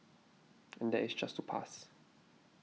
and that is just to pass